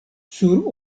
sur